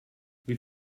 wie